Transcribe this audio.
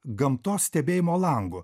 gamtos stebėjimo langu